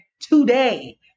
today